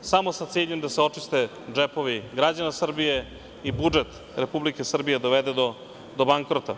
samo sa ciljem da se očiste džepovi građana Srbije i budžet Republike Srbije dovede do bankrota.